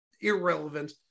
irrelevant